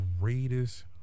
greatest